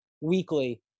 weekly